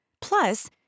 Plus